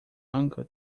uncle